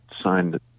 signed